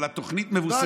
אבל התוכנית מבוססת,